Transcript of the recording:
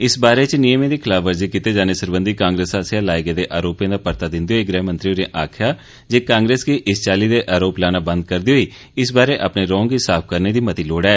इस बारै च नियमें दी खिलाफवर्जी कीते जाने सरबंधी काग्रेस आस्सेआ लाये गेदे आरोपें दा परता दिंदे होई गृहमंत्री होरें आक्खेया जे काग्रेस गी इस चाल्ली दे आरोप लाना बंद करदे होई इस बारै अपने रौं गी साफ करने दी लोड़ ऐ